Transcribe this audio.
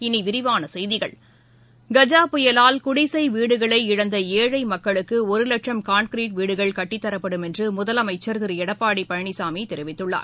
இனிவிரிவானசெய்திகள் கஜா புயலால் குடிசைவீடுகளை இழந்தஏழைமக்களுக்குஒருலட்சம் கான்கிரீட் வீடுகள் கட்டித்தரப்படும் என்றுமுதலமைச்சா் திருஎடப்பாடிபழனிசாமிதெரிவித்துள்ளார்